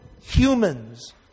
humans